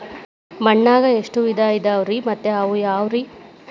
ಮಣ್ಣಾಗ ಎಷ್ಟ ವಿಧ ಇದಾವ್ರಿ ಮತ್ತ ಅವು ಯಾವ್ರೇ?